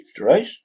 right